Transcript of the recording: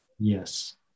Yes